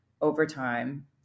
overtime